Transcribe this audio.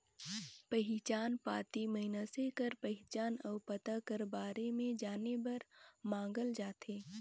पहिचान पाती मइनसे कर पहिचान अउ पता कर बारे में जाने बर मांगल जाथे